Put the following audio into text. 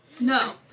No